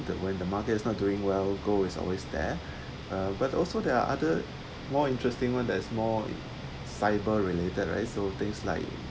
but when the market is not doing well gold is always there uh but also there are other more interesting one that is more cyber related right so things like